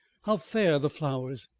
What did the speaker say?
how fair the flowers,